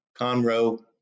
Conroe